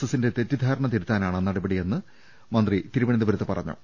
എസിന്റെ തെറ്റി ദ്ധാരണ തിരുത്താനാണ് നടപടിയെന്ന് മന്ത്രി തിരുവനന്തപുരത്ത് പറഞ്ഞു